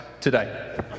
today